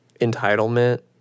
entitlement